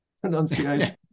pronunciation